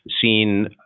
seen